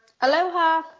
Aloha